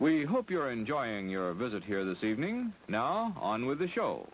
we hope you're enjoying your visit here this evening now on with the show